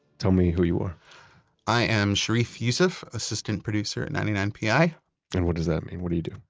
tell me who you are i am sharif youssef, assistant producer at ninety nine point pi and what does that mean? what do you do?